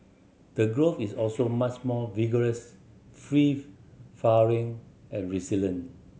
the growth is also much more vigorous free flowering and resilient